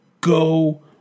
go